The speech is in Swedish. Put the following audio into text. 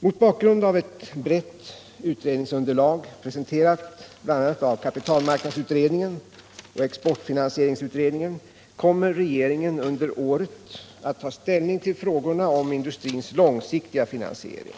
Mot bakgrund av ett brett utredningsunderlag, presenterat bl.a. av kapitalmarknadsutredningen och exportfinansieringsutredningen, kommer regeringen under året att ta ställning till frågorna om industrins långsiktiga finansiering.